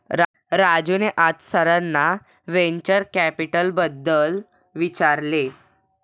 राजूने आज सरांना व्हेंचर कॅपिटलबद्दल विचारले